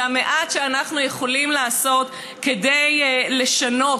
זה המעט שאנחנו יכולים לעשות כדי לשנות.